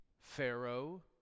Pharaoh